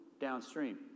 downstream